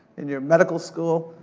in your medical school.